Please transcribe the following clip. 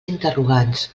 interrogants